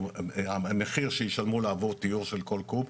או המחיר שישלמו לעבור טיהור של כל קוב,